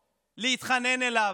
לשבת איתו, להתחנן אליו?